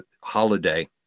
holiday